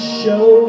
show